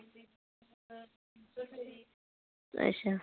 अच्छा